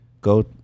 go